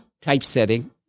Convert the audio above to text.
typesetting